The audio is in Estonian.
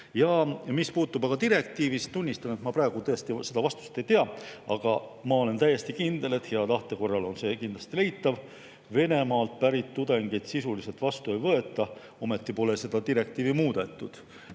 Mis puutub aga direktiivi, siis tunnistan, et ma praegu tõesti seda vastust ei tea, aga ma olen täiesti kindel, et hea tahte korral on see leitav. Venemaalt pärit tudengeid sisuliselt vastu ei võeta. Ometi pole seda direktiivi muudetud.